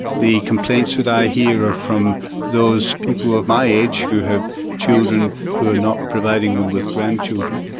the complaints that i hear from those people of my age who have children who are not providing them with grandchildren.